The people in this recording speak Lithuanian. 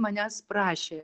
manęs prašė